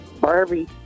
Barbie